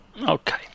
Okay